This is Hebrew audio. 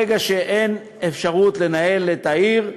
ברגע שאין אפשרות לנהל את העיר,